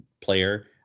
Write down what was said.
player